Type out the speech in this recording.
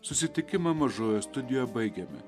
susitikimą mažojoje studijoje baigėme